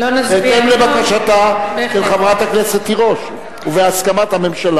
בהתאם לבקשתה של חברת הכנסת תירוש ובהסכמת הממשלה.